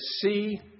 see